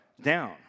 down